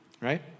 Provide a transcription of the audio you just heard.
right